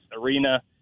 arena